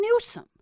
Newsom